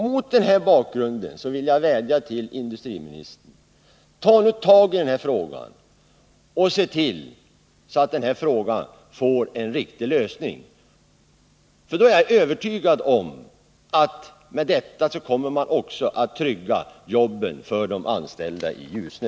Mot den bakgrunden vill jag vädja till industriministern att ta tag i den här frågan och se till att den får en riktig lösning. Därmed — det är jag övertygad om — kommer man också att trygga jobben för de anställda i Ljusne.